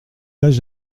âge